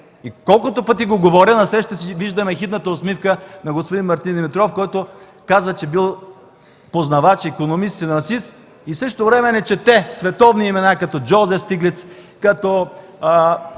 Колкото пъти го говоря, насреща си виждам ехидната усмивка на господин Мартин Димитров, който казва, че бил познавач, икономист, финансист и в същото време не чете световни имена като Джоузеф Стиглиц, като